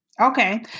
Okay